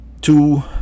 two